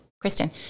Kristen